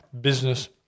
business